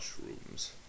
mushrooms